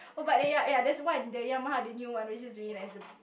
oh but the ya ya there's one the Yamaha the new one which is really nice the